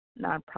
nonprofit